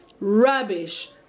Rubbish